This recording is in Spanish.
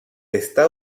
está